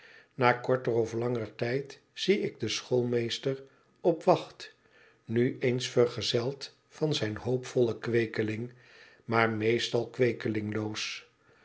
na korter of langer tijd zie ik den schoolmeester op wacht nu eens vergezeld van zijn hoopvollen kweekeling maar meestal